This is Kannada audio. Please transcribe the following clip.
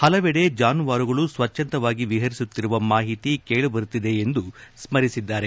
ಪಲವೆಡೆ ಜಾನುವಾರುಗಳು ಸ್ವಚ್ಛಂದವಾಗಿ ವಿಹರಿಸುತ್ತಿರುವ ಮಾಹಿತಿ ಕೇಳಬರುತ್ತಿವೆ ಎಂದು ಸ್ಥರಿಸಿದ್ದಾರೆ